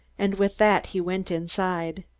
and with that he went inside.